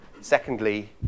Secondly